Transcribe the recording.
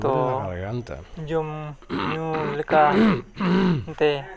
ᱛᱳ ᱡᱚᱢᱼᱧᱩ ᱞᱮᱠᱟᱛᱮ